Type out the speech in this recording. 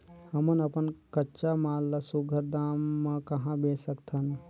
हमन अपन कच्चा माल ल सुघ्घर दाम म कहा बेच सकथन?